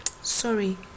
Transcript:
Sorry